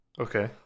Okay